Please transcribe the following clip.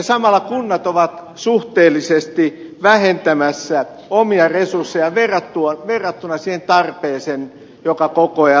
samalla kunnat ovat suhteellisesti vähentämässä omia resurssejaan verrattuna siihen tarpeeseen joka koko ajan lisääntyy